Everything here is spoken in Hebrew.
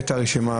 הייתה רשימה